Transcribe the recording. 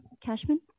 Cashman